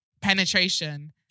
penetration